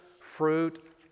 fruit